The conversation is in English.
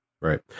Right